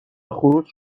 خروس